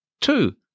Two